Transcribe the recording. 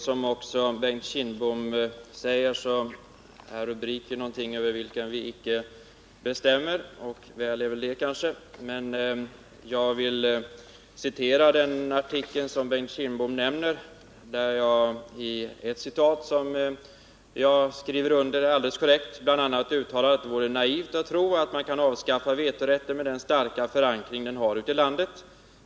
Fru talman! Som Bengt Kindbom sade är rubriker någonting över vilket vi inte bestämmer, och väl är kanske det. Jag vill emellertid citera ur den artikel som Bengt Kindbom nämnde. Tidningen citerar mig alldeles korrekt på följande sätt: ”Det vore naivt att tro att man kan avskaffa vetorätten med den starka förankring den har ute i landet.